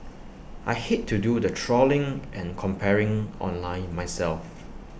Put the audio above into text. I hate to do the trawling and comparing online myself